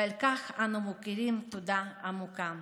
ועל כך אנו מכירים תודה עמוקה.